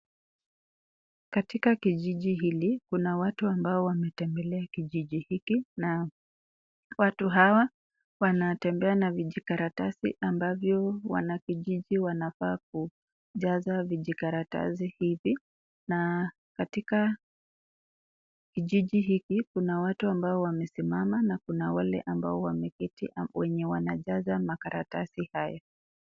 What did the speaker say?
Katika kijiji hili kuna watu ambao wametembelea kijiji hiki na, na watu hawa wanatembea na vijikaratasi ambavyo wanakijiji wanafaa kujaza vijikaratasi hizi, na katika kijiji hiki, kuna watu ambao wamesimama, na kuna wale ambao wameketi wenye wanajaza makaratasi hayo.